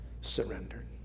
surrendered